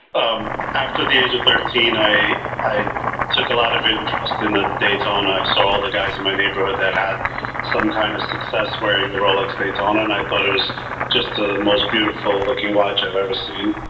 um after the age of thirteen, i i took a lot of interest in the daytona. i saw all the guys in my neighborhood that had some kind of success wearing the rolex daytona, and i thought it was just the most beautiful looking watch i've ever seen.